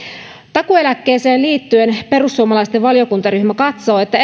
takuueläkkeeseen liittyen perussuomalaisten valiokuntaryhmä katsoo että